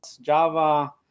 Java